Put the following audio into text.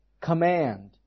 command